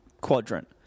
quadrant